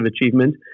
achievement